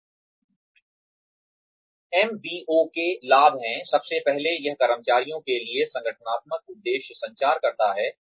M B O के लाभ हैं सबसे पहले यह कर्मचारियों के लिए संगठनात्मक उद्देश्य संचार करता है